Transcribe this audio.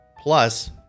Plus